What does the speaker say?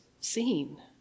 seen